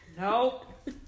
Nope